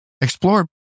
explore